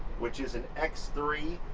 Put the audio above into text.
which is an x three